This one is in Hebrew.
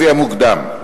לפי המוקדם.